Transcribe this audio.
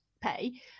pay